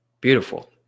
Beautiful